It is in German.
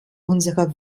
unsere